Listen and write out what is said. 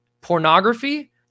Pornography